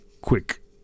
quick